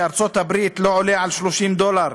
בארצות-הברית, רישיון רכב לא עולה יותר מ-30 דולר,